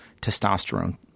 testosterone